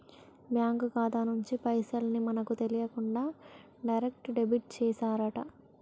bank ఖాతా నుంచి పైసల్ ని మనకు తెలియకుండా డైరెక్ట్ డెబిట్ చేశారట